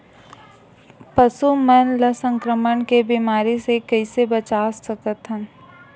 पशु मन ला संक्रमण के बीमारी से कइसे बचा सकथन?